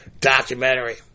documentary